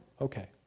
Okay